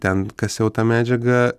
ten kasiau tą medžiagą